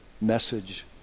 message